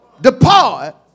depart